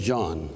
John